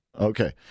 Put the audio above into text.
Okay